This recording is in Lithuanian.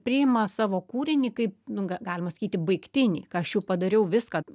priima savo kūrinį kaip nu galima sakyti baigtinį ką aš jau padariau viską